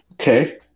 okay